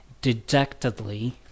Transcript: dejectedly